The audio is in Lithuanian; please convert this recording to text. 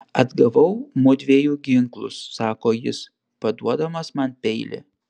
atgavau mudviejų ginklus sako jis paduodamas man peilį